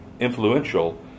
Influential